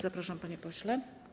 Zapraszam, panie pośle.